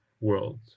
world